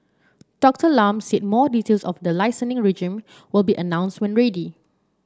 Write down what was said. Doctor Lam said more details of the regime will be announced when ready